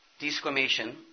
Desquamation